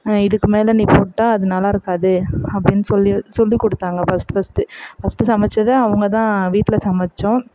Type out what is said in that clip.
இதுக்கு மேலே நீ போட்டால் அது நல்லாயிருக்காது அப்படினு சொல்லி சொல்லி கொடுத்தாங்க ஃபர்ஸ்டு பர்ஸ்டு பர்ஸ்டு சமைச்சது அவங்க தான் வீட்டில் சமைத்தோம்